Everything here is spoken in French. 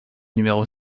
numéro